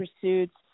pursuits